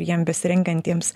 jiem besirengiantiems